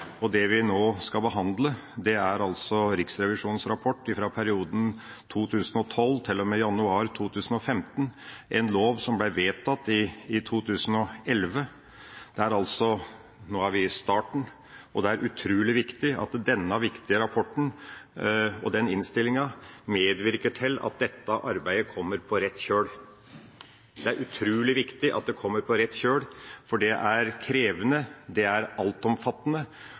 og det vi nå skal behandle, er altså Riksrevisjonens rapport fra perioden 2012 til og med januar 2015. Nå er vi i starten, og det er utrolig viktig at denne viktige rapporten og denne innstillinga medvirker til at dette arbeidet kommer på rett kjøl. Det er utrolig viktig at det kommer på rett kjøl, for det er krevende, det er altomfattende,